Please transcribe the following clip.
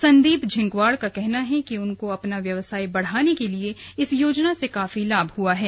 संदीप झिंक्वाण का कहना है कि उनको अपना व्यवसाय बढ़ाने के लिए इस योजना से काफी लाभ हुआ है